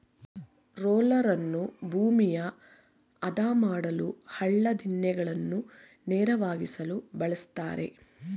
ರೋಲರನ್ನು ಭೂಮಿಯ ಆದ ಮಾಡಲು, ಹಳ್ಳ ದಿಣ್ಣೆಗಳನ್ನು ನೇರವಾಗಿಸಲು ಬಳ್ಸತ್ತರೆ